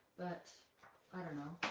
but i don't know.